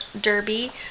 derby